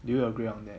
do you agree on that